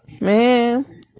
Man